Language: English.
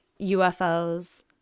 UFOs